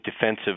defensive